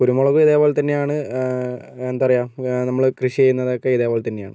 കുരുമുളകു ഇതേപോലെ തന്നെയാണ് എന്താ പറയുക നമ്മള് കൃഷി ചെയ്യുന്നതൊക്കെ ഇതേപോലെ തന്നെയാണ്